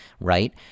right